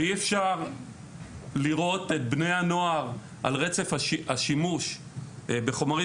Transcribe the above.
אי אפשר לראות את בני הנוער על רצף השימוש בחומרים